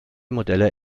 modelle